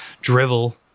drivel